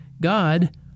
God